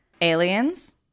Aliens